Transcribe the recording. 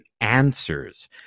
answers